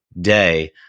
day